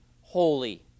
holy